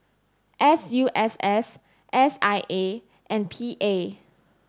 S U S S S I A and P A